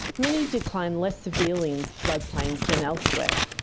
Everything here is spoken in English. many declined less severely in floodplains than elsewhere.